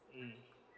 mm